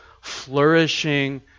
flourishing